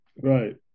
right